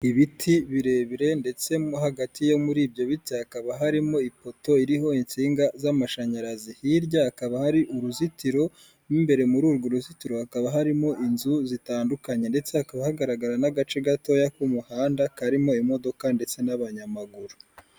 Ibiti birebire ndetse hagati hagati ibyo biti hakaba harimo ipoto iriho insinga z'amashanyarazi hirya hakaba hari uruzitiro, imbere muri urwo ruzitiro hakaba harimo inzu zitandukanye ndetse hakaba hagaragara n'agace gatoya k'umuhanda karimo imodoka ndetse n'abanyamaguru.